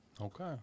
Okay